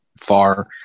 far